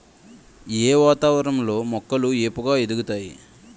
ఏ వాతావరణం లో మొక్కలు ఏపుగ ఎదుగుతాయి?